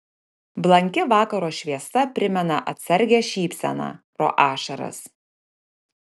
blanki vakaro šviesa primena atsargią šypseną pro ašaras